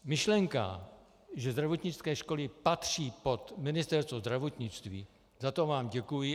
Myšlenka, že zdravotnické školy patří pod Ministerstvo zdravotnictví, za to vám děkuji.